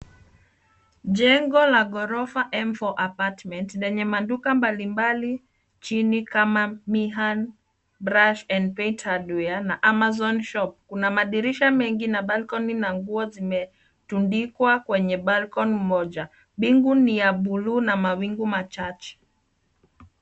Jengo la ghorofa M4 Apartment lenye maduka mbali mbali chini kama Mihan Brush and Paint Hardware na Amazon Shop kuna madirisha mengina Balcony na manguo zimetundikwa kwenye Balcon moja. Bingu ni ya bluu na mawingu machache.